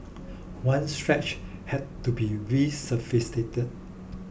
one stretch had to be resurfaced